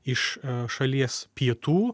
iš šalies pietų